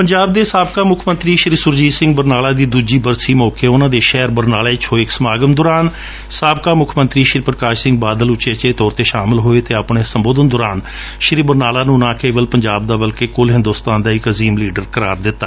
ਪੰਜਾਬ ਦੇ ਸਾਬਕਾ ਮੁੱਖ ਮੰਤਰੀ ਸੁਰਜੀਤ ਸਿੰਘ ਬਰਨਾਲ ਦੀ ਦੂਜੀ ਬਰਸੀ ਮੋਕੇ ਉਨਾਂ ਦੇ ਸ਼ਹਿਰ ਬਰਨਾਲਾ ਵਿਚ ਹੋਏ ਇਕ ਸਮਾਗਮ ਦੌਰਾਨ ਸਾਬਕਾ ਮੁੱਖ ਮੰਤਰੀ ਪ੍ਰਕਾਸ਼ ਸਿੰਘ ਬਾਦਲ ਉਚੇਚੇ ਤੌਰ ਤੇ ਸ਼ਾਮਲ ਹੋਏ ਅਤੇ ਆਪਣੇ ਸੰਬੋਧਨ ਦੌਰਾਨ ਸ੍ਰੀ ਬਰਨਾਲਾ ਨੂੰ ਨਾ ਕੇਵਲ ਪੰਜਾਬ ਦਾ ਬਲਕਿ ਕੁਲ ਹਿੰਦੁਸਤਾਨ ਦਾ ਇਕ ਅਜ਼ੀਮ ਲੀਡਰ ਕਰਾਰ ਦਿੱਤਾ